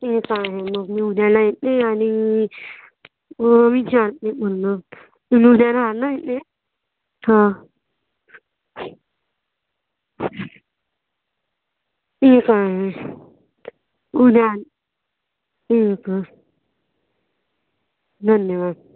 ठीक आहे मग मी उद्याला येते आणि मी विचारते पुन्हा तुम्ही उद्या रहाल ना तिथे हा ठीक आहे उद्या ठीक आहे धन्यवाद